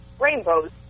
rainbows